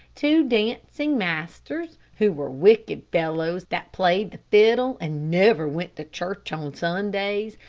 two dancing masters, who were wicked fellows, that played the fiddle, and never went to church on sundays,